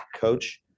coach